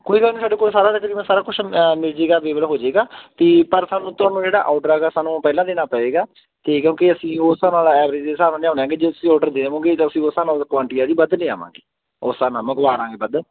ਕੋਈ ਗੱਲ ਨਹੀਂ ਸਾਡੇ ਕੋਲ ਸਾਰਾ ਤਕਰੀਬਨ ਸਾਰਾ ਕੁਛ ਮਿਲ ਜਾਏਗਾ ਅਵੇਲਬਲ ਹੋ ਜਾਏਗਾ ਅਤੇ ਪਰ ਸਾਨੂੰ ਤੁਹਾਨੂੰ ਜਿਹੜਾ ਆਰਡਰ ਹੈਗਾ ਸਾਨੂੰ ਪਹਿਲਾਂ ਦੇਣਾ ਪਏਗਾ ਠੀਕ ਹੈ ਕਿ ਅਸੀਂ ਉਸ ਨਾਲ ਐਵਰੇਜ ਦੇ ਹਿਸਾਬ ਨਾਲ ਲਿਆਉਂਦੇ ਆਗੇ ਜੇ ਤੁਸੀਂ ਆਰਡਰ ਦੇਵੋਗੇ ਤਾਂ ਤੁਸੀਂ ਉਸ ਹਿਸਾਬ ਨਾਲ ਕੁਆਂਟੀ ਆ ਜੀ ਵੱਧ ਲੈ ਆਵਾਂਗੇ ਉਸ ਹਿਸਾਬ ਨਾਲ ਮੰਗਵਾਵਾਂਗੇ ਵੱਧ